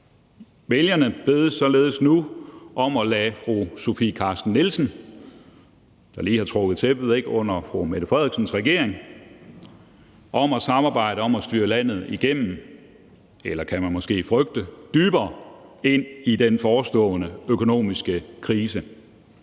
Vælgerne bedes således nu om at lade fru Sofie Carsten Nielsen, der lige har trukket tæppet væk under fru Mette Frederiksens regering, og Socialdemokratiet samarbejde om at styre landet igennem eller – det kan man måske frygte – dybere ind i den forestående økonomiske krise.